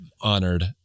honored